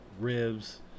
ribs